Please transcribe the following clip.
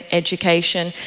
education,